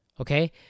okay